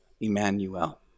Emmanuel